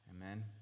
Amen